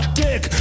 dick